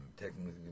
Technically